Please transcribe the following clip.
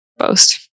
post